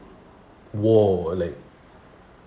war like